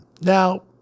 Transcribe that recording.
Now